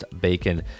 Bacon